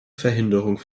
verhinderung